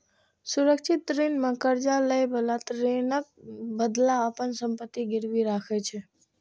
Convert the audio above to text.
सुरक्षित ऋण मे कर्ज लएबला ऋणक बदला अपन संपत्ति गिरवी राखै छै